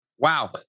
Wow